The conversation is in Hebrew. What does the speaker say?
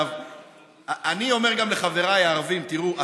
אני אומר גם לחבריי הערבים: תראו,